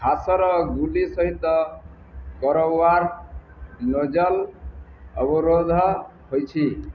ଘାସର ଗୁଳି ସହିତ କରୱାର ନୋଜଲ୍ ଅବରୋଧ ହୋଇଛି